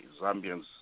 Zambians